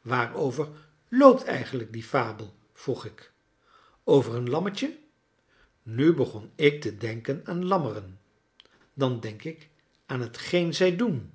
waarover loopt eigenlijk die fabel vroeg ik over een lammetje nu begon ik te denken aan lammeren dan denk ik aan hetgeen zij doen